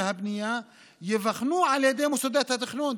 והבנייה ייבחנו על ידי מוסדות התכנון.